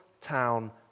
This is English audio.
town